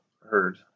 heard